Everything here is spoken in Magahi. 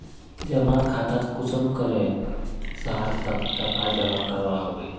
जमा खातात कुंसम करे साल तक टका जमा करवा होबे?